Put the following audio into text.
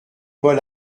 paul